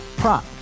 prop